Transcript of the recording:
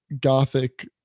Gothic